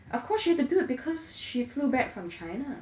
of course she has do it because she flew back from china